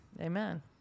Amen